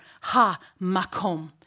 ha-makom